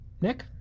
Nick